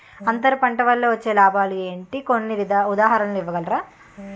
అంతర పంట వల్ల వచ్చే లాభాలు ఏంటి? కొన్ని ఉదాహరణలు ఇవ్వండి?